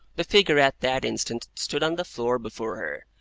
the figure at that instant stood on the floor before her,